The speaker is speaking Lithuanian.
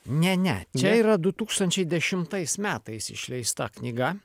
ne ne čia yra du tūkstančiai dešimtais metais tais metais išleista knyga